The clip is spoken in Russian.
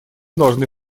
должны